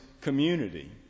community